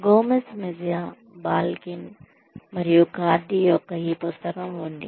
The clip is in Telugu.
గోమెజ్ మెజియా బాల్కిన్ మరియు Cardy Mejia Balkin and Cardy యొక్క ఈ పుస్తకం ఉంది